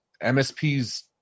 MSPs